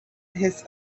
his